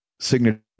signature